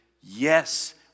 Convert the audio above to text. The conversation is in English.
yes